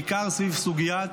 בעיקר סביב סוגיית